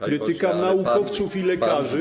Krytyka naukowców i lekarzy.